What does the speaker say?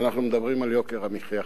ואנחנו מדברים על יוקר המחיה,